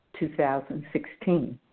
2016